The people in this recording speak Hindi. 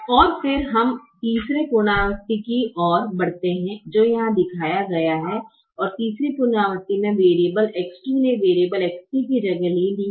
और फिर हम तीसरे पुनरावृत्ति की ओर बढ़ते हैं जो यहां दिखाया गया है और तीसरी पुनरावृत्ति में वेरिएबल X 2 ने वेरिएबल X 3 की जगह ले ली है